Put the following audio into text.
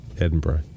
Edinburgh